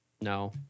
no